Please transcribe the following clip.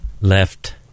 left